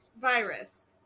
virus